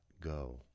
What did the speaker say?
go